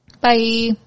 Bye